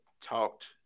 talked